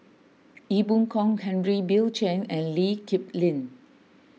Ee Boon Kong Henry Bill Chen and Lee Kip Lin